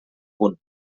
punt